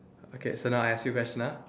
okay so now I ask you question ah